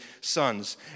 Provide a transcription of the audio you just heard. sons